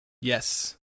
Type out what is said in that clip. Yes